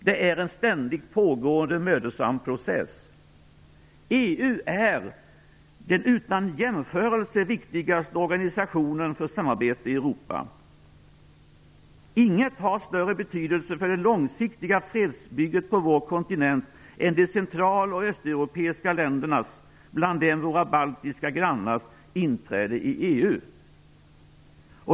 Det är en ständigt pågående mödosam process. EU är den utan jämförelse viktigaste organisationen för samarbete i Europa. Inget har större betydelse för det långsiktiga fredsbygget på vår kontinent än de central och östeuropeiska ländernas - bland dem våra baltiska grannars - inträde i EU.